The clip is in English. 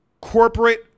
Corporate